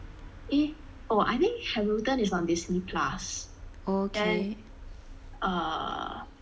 eh oh I think hamilton is on Disney plus then err